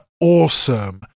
awesome